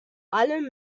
allem